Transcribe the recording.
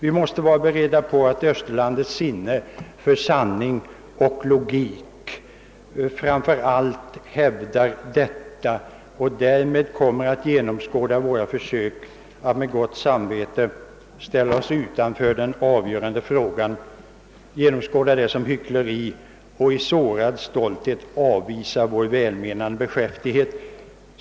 Vi måste vara beredda på att Österlandets sinne för sanning och logik framför allt hävdar detta och därigenom kommer att genomskåda våra försök att med gott samvete ställa oss utanför den avgörande frågan som hyckleri, och i sårad stolthet avvisa vår välmenande beskäftighet.